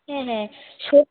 হ্যাঁ হ্যাঁ